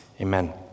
amen